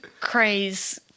craze